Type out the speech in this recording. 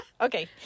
okay